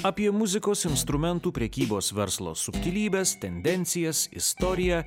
apie muzikos instrumentų prekybos verslo subtilybes tendencijas istoriją